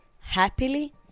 happily